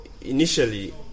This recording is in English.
initially